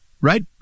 right